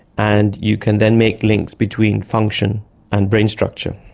and you can then make links between function and brain structure.